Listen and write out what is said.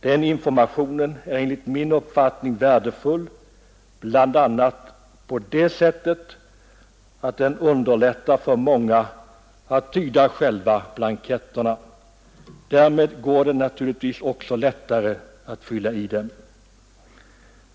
Den informationen är enligt min uppfattning värdefull, bl.a. på det sättet att den underlättar för många att tyda själva blanketterna. Därmed 5 går det naturligtvis också lättare att fylla i dem.